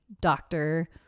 doctor